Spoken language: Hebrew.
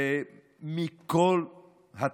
ומכל התחומים,